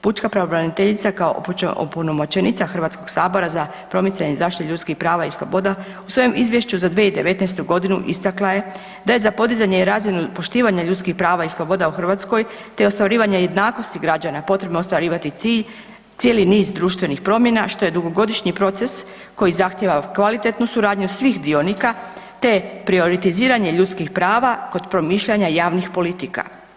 Pučka pravobraniteljica kao opunomoćenica Hrvatskog sabora za promicanje i zaštitu ljudskih prava i sloboda u svojem Izvješću za 2019. godinu istakla je da je za podizanje i razinu poštivanja ljudskih prava i sloboda u Hrvatskoj, te ostvarivanja jednakosti građana potrebno ostvarivati cilj, cijeli niz društvenih promjena a što je dugogodišnji proces koji zahtijeva kvalitetnu suradnju svih dionika, te prioritiziranje ljudskih prava kod promišljanja javnih politika.